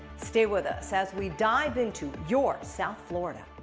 stay with us as we dive into your south florida.